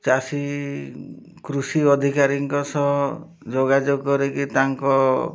ଚାଷୀ କୃଷି ଅଧିକାରୀଙ୍କ ସହ ଯୋଗାଯୋଗ କରିକି ତାଙ୍କ